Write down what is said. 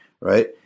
right